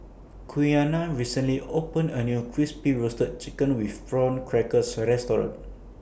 Quiana recently opened A New Crispy Roasted Chicken with Prawn Crackers Restaurant